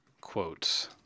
quotes